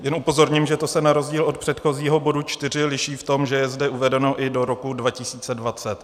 Jen upozorním, že to se na rozdíl od předchozího bodu čtyři liší v tom, že je zde uvedeno i do roku 2020.